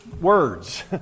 words